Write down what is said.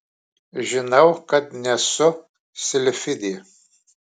žinau kad nesu silfidė